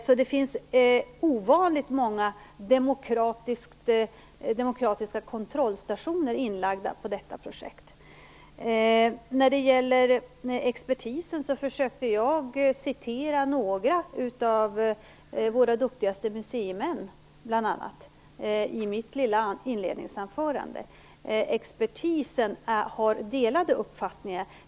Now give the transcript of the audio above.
Så det finns ovanligt många demokratiska kontrollstationer inlagda i detta projekt. När det gäller expertisen försökte jag citera bl.a. några av våra duktigaste museimän i mitt lilla inledningsanförande. Expertisen har delad uppfattning.